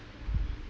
ya